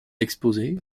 exposé